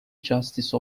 justice